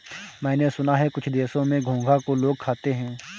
मैंने सुना है कुछ देशों में घोंघा को लोग खाते हैं